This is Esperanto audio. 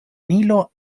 nilo